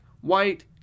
white